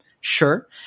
Sure